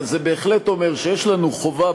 אבל זה בהחלט אומר שיש לנו חובה,